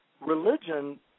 religion